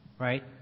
right